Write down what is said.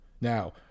Now